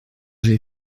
j’ai